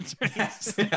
Yes